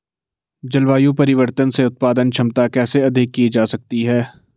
जलवायु परिवर्तन से उत्पादन क्षमता कैसे अधिक की जा सकती है?